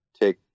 take